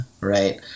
right